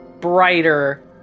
brighter